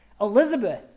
Elizabeth